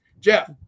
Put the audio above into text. Jeff